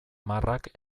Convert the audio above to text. marrak